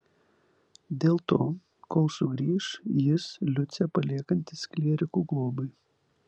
dėl to kol sugrįš jis liucę paliekantis klierikų globai